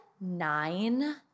nine